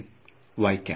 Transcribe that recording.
Y cap